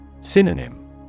Synonym